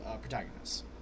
protagonists